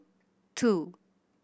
two